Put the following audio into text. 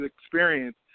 experience